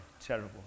terrible